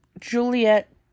Juliet